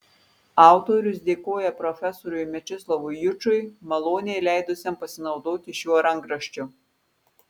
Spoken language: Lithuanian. autorius dėkoja profesoriui mečislovui jučui maloniai leidusiam pasinaudoti šiuo rankraščiu